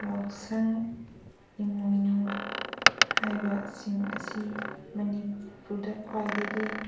ꯌꯥꯎꯁꯪ ꯏꯃꯣꯏꯅꯨ ꯍꯥꯏꯕꯁꯤꯡ ꯑꯁꯤ ꯃꯅꯤꯄꯨꯔꯗ ꯈ꯭ꯋꯥꯏꯗꯒꯤ